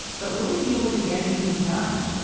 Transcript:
but will they be able to get anything done.